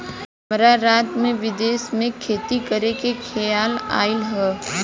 हमरा रात में विदेश में खेती करे के खेआल आइल ह